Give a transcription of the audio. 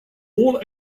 all